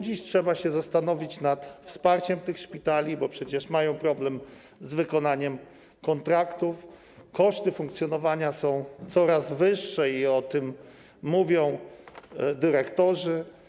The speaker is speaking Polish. Dziś trzeba się zastanowić nad wsparciem tych szpitali, bo przecież mają one problem z wykonaniem kontraktów, koszty funkcjonowania są coraz wyższe i o tym mówią dyrektorzy.